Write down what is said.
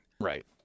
Right